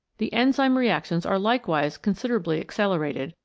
the enzyme reactions are likewise considerably accelerated,